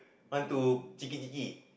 want to